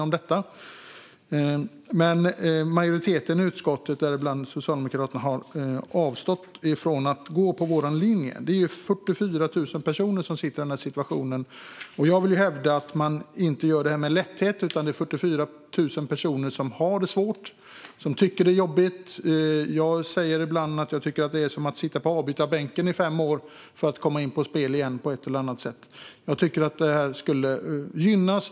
Men majoriteten i utskottet, däribland Socialdemokraterna, har avstått från att gå på vår linje. Det är 44 000 personer som är i den situationen. Jag vill hävda att de inte gör det med lätthet. Det är 44 000 personer som har det svårt och som tycker att det är jobbigt. Jag säger ibland att det är som att sitta på avbytarbänken i fem år för att sedan på ett eller annat sätt komma in i spel igen.